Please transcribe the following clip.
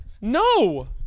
No